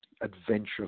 adventure